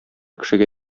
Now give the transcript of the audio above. кешегә